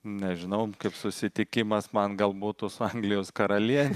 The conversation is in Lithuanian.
nežinau kaip susitikimas man gal būtų su anglijos karaliene